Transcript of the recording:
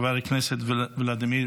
חבר הכנסת ולדימיר